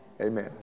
amen